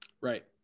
right